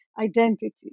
identity